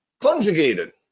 conjugated